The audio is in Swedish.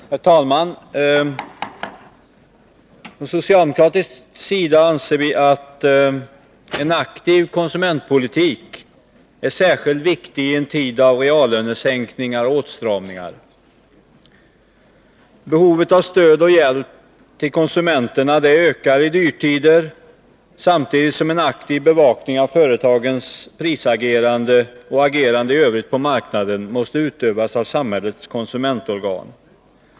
Herr talman! Vi socialdemokrater anser att en aktiv konsumentpolitik är särskilt viktig i en tid av reallönesänkningar och åtstramningar. Behovet av stöd och hjälp till konsumenterna ökar i dyrtider, samtidigt som en aktiv bevakning av företagens prisagerande och agerande i övrigt på marknaden måste utövas av samhällets konsumentorgan.